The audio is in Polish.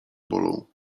bolą